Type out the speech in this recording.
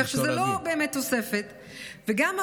כך שזה לא באמת תוספת.